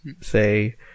say